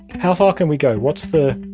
how far can we go? what's the